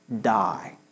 die